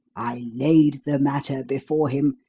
i laid the matter before him,